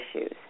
issues